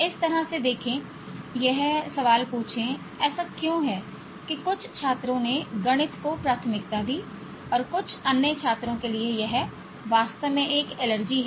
इस तरह से देखें यह सवाल पूछें ऐसा क्यों है कि कुछ छात्रों ने गणित को प्राथमिकता दी और कुछ अन्य छात्रों के लिए यह वास्तव में एक एलर्जी है